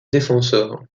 défenseur